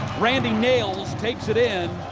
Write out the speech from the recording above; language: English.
randy nails takes it in